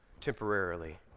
temporarily